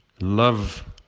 love